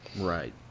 Right